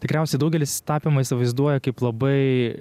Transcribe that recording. tikriausiai daugelis tapymą įsivaizduoja kaip labai